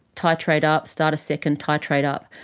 titrate up, start a second, titrate up,